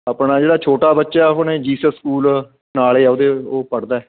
ਆਪਣਾ ਜਿਹੜਾ ਛੋਟਾ ਬੱਚਾ ਆਪਣੇ ਜੀਸਸ ਸਕੂਲ ਨਾਲ ਹੈ ਉਹਦੇ ਉਹ ਪੜ੍ਹਦਾ